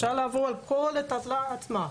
אפשר לעבור על כל הטבלה עצמה.